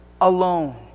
alone